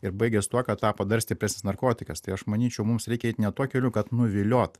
ir baigės tuo kad tapo dar stipresnis narkotikas tai aš manyčiau mums reikia eit ne tuo keliu kad nuviliot